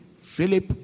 Philip